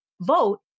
vote